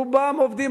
רובם עובדים,